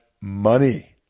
money